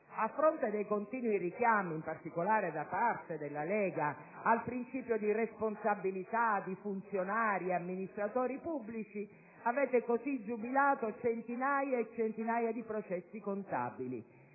A fronte dei continui richiami, in particolare da parte della Lega, al principio di responsabilità di funzionari ed amministratori pubblici, avete così giubilato centinaia e centinaia di processi contabili,